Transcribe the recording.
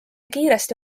kiiresti